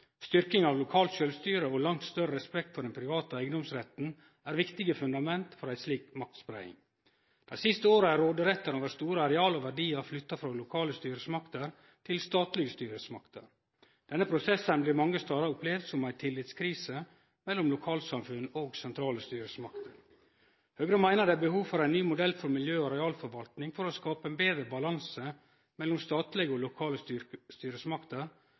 Styrking av lokalt sjølvstyre og langt større respekt for den private eigedomsretten er viktige fundament for ei slik maktspreiing. Dei siste åra er råderetten over store areal og verdiar flytta frå lokale styresmakter til statlege styresmakter. Denne prosessen blir mange stader opplevd som ei tillitskrise mellom lokalsamfunn og sentrale styresmakter. Høgre meiner at det er behov for ein ny modell for miljø- og arealforvaltninga for å skape ein betre balanse mellom statlege og lokale styresmakter,